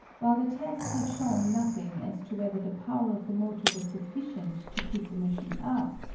while the test had shown nothing as to whether the power of the motor was sufficient to keep the machine up,